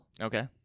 Okay